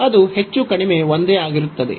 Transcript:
ಅದು ಹೆಚ್ಚು ಕಡಿಮೆ ಒಂದೇ ಆಗಿರುತ್ತದೆ